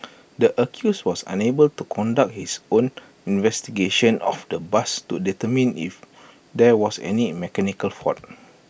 the accused was unable to conduct his own investigation of the bus to determine if there was any mechanical fault